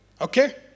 Okay